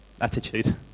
attitude